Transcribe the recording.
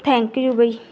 thank you by